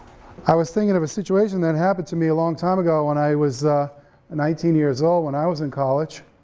i was thinking of a situation that happened to me a long time ago when i was nineteen years old when i was in college,